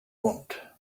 want